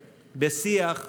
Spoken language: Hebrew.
של כל אויביו, הוא שוב כאן,